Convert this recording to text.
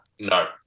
No